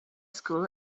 school